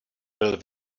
byl